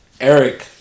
Eric